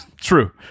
True